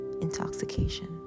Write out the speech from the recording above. Intoxication